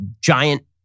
giant